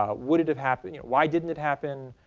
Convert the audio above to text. um would it have happened? why didn't it happen?